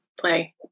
play